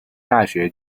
大学